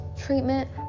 treatment